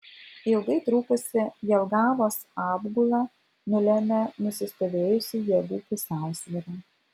ilgai trukusią jelgavos apgulą nulėmė nusistovėjusi jėgų pusiausvyra